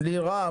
לירם,